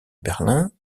berlin